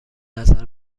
نظر